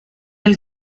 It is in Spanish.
del